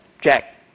Jack